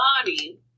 body